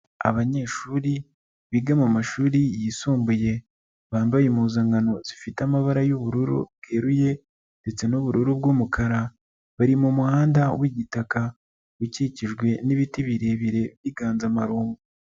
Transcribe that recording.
Abanyeshuri biga mumashuri yisumbuye, bambaye impuzankano zifite amabara y'ubururu bweruye ndetse n'ubururu bw'umukara, bari mumuhanda w'igitaka, ukikijwe n'ibiti birebire by'inganzamarumbo.